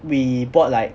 we bought like